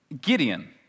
Gideon